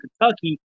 Kentucky